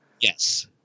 Yes